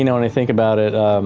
you know, when i think about it,